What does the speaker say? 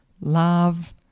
Love